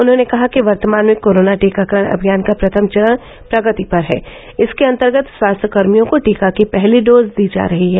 उन्होने कहा कि वर्तमान में कोरोना टीकाकरण अभियान क प्रथम चरण प्रगति पर है इसके अन्तर्गत स्वास्थ्यकर्मियों को टीका की पहली डोज दी जा रही है